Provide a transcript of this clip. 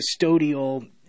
custodial